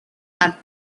and